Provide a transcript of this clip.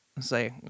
Say